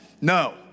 No